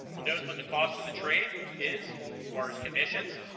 notice what the cost of the trade is or is commissions